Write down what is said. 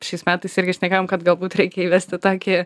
šiais metais irgi šnekėjom kad galbūt reikia įvesti tokį